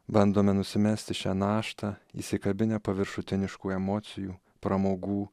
bandome nusimesti šią naštą įsikabinę paviršutiniškų emocijų pramogų